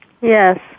Yes